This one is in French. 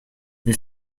les